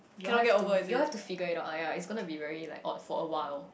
you all have to you all have to figure it out lah ya it's gonna be very like odd for awhile